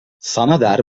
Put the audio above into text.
sanader